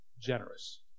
generous